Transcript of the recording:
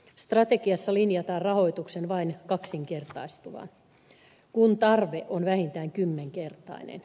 strategiassa linjataan rahoituksen vain kaksinkertaistuvan kun tarve on vähintään kymmenkertainen